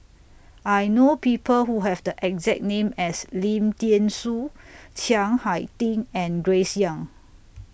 I know People Who Have The exact name as Lim Thean Soo Chiang Hai Ding and Grace Young